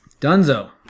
Dunzo